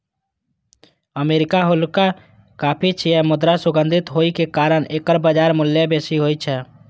arabica हल्लुक coffee छियै, मुदा सुगंधित होइ के कारण एकर बाजार मूल्य बेसी होइ छै